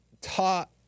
taught